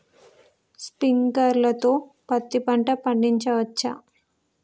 Sprinkler తో పత్తి పంట పండించవచ్చా?